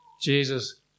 Jesus